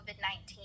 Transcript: COVID-19